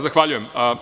Zahvaljujem.